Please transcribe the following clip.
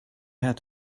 had